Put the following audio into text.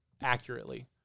accurately